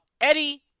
Eddie